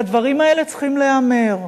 והדברים האלה צריכים להיאמר,